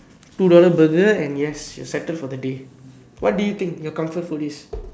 two dollar Burger and yes you're settled for the day what do you think your comfort food is